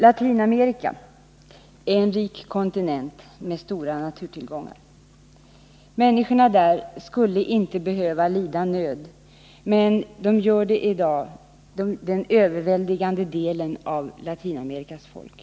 Latinamerika är en rik kontinent med stora naturtillgångar. Människorna där skulle inte behöva lida nöd — men det gör i dag den överväldigande delen | av Latinamerikas folk.